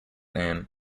anne